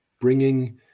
bringing